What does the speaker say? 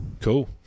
Cool